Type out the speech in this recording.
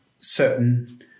certain